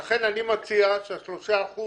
לכן, אני מציע שהתוספת של 3%